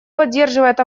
поддерживает